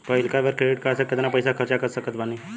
पहिलका बेर credit card से केतना पईसा खर्चा कर सकत बानी?